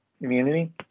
immunity